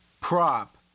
prop